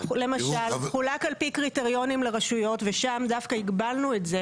חולקה על פי קריטריונים לרשויות ושם דווקא הגבלנו את זה